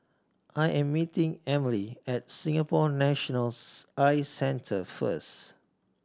I am meeting Emile at Singapore Nationals Eye Centre first